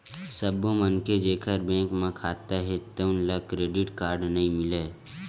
सब्बो मनखे जेखर बेंक म खाता हे तउन ल क्रेडिट कारड नइ मिलय